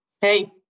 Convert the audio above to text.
Hey